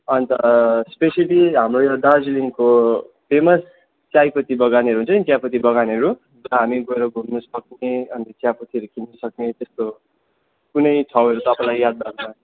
अन्त स्पेसियल्ली हाम्रो यो दार्जिलिङको फेमस चायपत्ती बगानहरू हुन्छ नि चियापत्ती बगानहरू हामी गएर घुम्नुसक्ने अन्त चियापत्तीहरू किन्नुसक्ने त्यस्तो कुनै ठाउँहरू तपाईँलाई याद भएकोमा